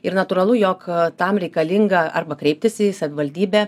ir natūralu jog tam reikalinga arba kreiptis į savivaldybę